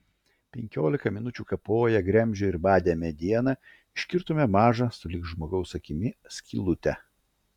penkiolika minučių kapoję gremžę ir badę medieną iškirtome mažą sulig žmogaus akimi skylutę